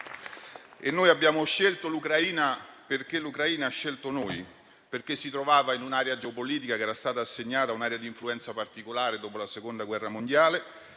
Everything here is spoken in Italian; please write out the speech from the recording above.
Abbiamo scelto l'Ucraina perché l'Ucraina ha scelto noi, perché si trovava in un'area geopolitica a cui era stata assegnata un'influenza particolare dopo la Seconda guerra mondiale,